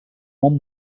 món